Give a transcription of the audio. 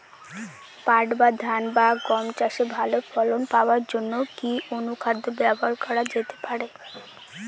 পাট বা ধান বা গম চাষে ভালো ফলন পাবার জন কি অনুখাদ্য ব্যবহার করা যেতে পারে?